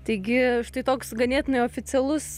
taigi štai toks ganėtinai oficialus